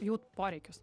jų poreikius